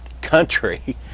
country